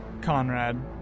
Conrad